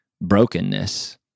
brokenness